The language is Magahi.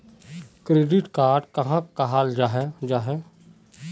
क्रेडिट कार्ड कहाक कहाल जाहा जाहा?